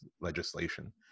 legislation